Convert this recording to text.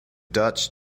dutch